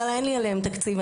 אבל אין לי להן תקציב.